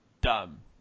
dumb